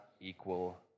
equal